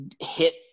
hit